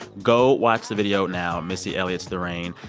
go watch the video now, missy elliott's the rain.